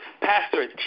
pastor